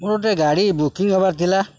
ମୋର ଗୋଟେ ଗାଡ଼ି ବୁକିଙ୍ଗ୍ ହବାର ଥିଲା